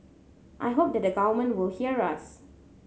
I hope that the government will hear us